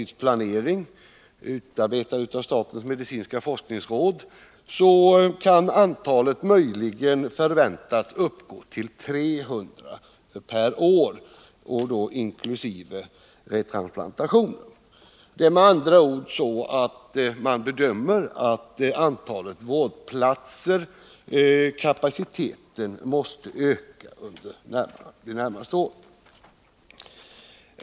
Kartläggning och förslag till initiativ — utarbetad av statens medicinska forskningsråd, kan antalet möjligen förväntas uppgå till 300 per år inkl. retransplantationer. Man bedömer det med andra ord så, att transplantationskapaciteten och antalet vårdplatser måste öka under de närmaste åren.